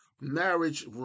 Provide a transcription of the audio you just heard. marriage